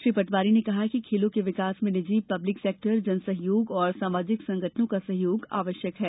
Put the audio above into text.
श्री पटवारी ने कहा कि खेलों के विकास में निजी पब्लिक सेक्टर जन सहयोग तथा सामाजिक संगठनों का सहयोग आवश्यक है